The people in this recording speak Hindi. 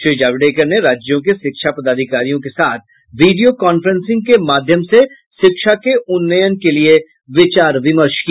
श्री जावड़ेकर ने राज्यों के शिक्षा पदाधिकारियों के साथ वीडियो कांफ्रेंसिंग के माध्यम से शिक्षा के उन्नयन के लिये विचार विमर्श किया